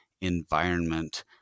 environment